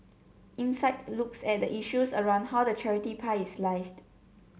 insight looks at the issues around how the charity pie is sliced